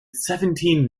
seventeen